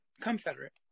confederate